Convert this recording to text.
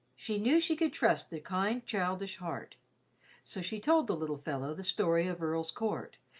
she knew she could trust the kind, childish heart so she told the little fellow the story of earl's court,